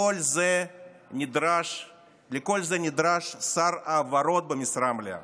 לכל זה נדרש שר ההבהרות במשרה מלאה.